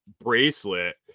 bracelet